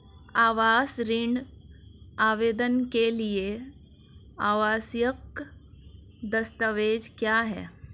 आवास ऋण आवेदन के लिए आवश्यक दस्तावेज़ क्या हैं?